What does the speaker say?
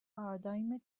پارادایم